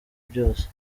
byose